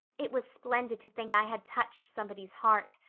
it was splendid to think i had touched somebody's heart.